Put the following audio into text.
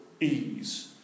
ease